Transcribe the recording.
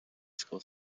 school